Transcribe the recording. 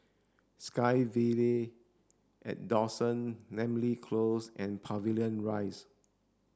SkyVille at Dawson Namly Close and Pavilion Rise